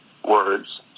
words